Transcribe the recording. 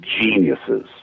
geniuses